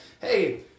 Hey